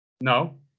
No